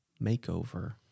makeover